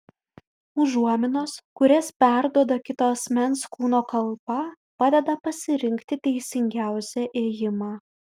užuominos kurias perduoda kito asmens kūno kalba padeda pasirinkti teisingiausią ėjimą